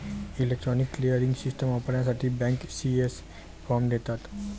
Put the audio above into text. electronic clearing system वापरण्यासाठी bank, ECS form देतात